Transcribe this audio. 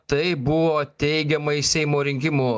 tai buvo teigiamai seimo rinkimų